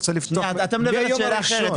רוצה לפתוח --- אתה מדבר על שאלה אחרת,